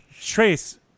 Trace